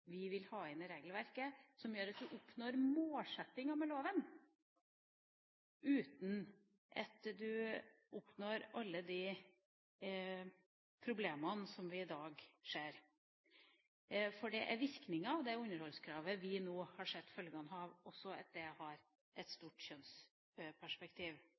vi vil ha inn i regelverket, som gjør at vi oppnår målsettinga med loven – uten alle de problemene som vi ser i dag, for det er virkninga av det underholdskravet vi nå har sett følgene av – også at det har et